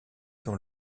dans